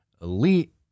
elite